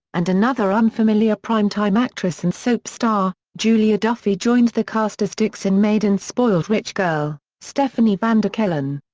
and another unfamiliar prime-time actress and soap star, julia duffy joined the cast as dick's inn maid and spoiled rich girl, stephanie vanderkellen.